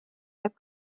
võib